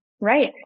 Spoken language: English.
Right